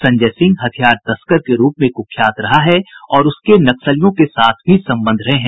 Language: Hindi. संजय सिंह हथियार तस्कर के रूप में कुख्यात रहा है और उसके नक्सलियों के साथ भी संबंध रहे हैं